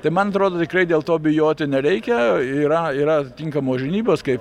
tai man atrodo tikrai dėl to bijoti nereikia yra yra atinkamos žinybos kaip